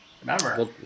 Remember